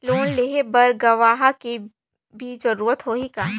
Loan लेहे बर गवाह के भी जरूरत होही का?